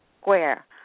Square